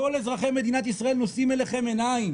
כל אזרחי מדינת ישראל נושאים אליכם עיניים